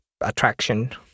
attraction